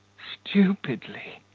stupidly.